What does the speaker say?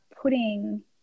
putting